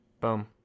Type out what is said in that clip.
Boom